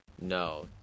No